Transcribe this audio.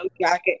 jacket